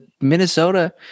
Minnesota